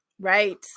Right